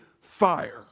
fire